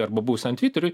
arba buvusiam tviteriui